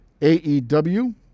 AEW